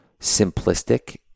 simplistic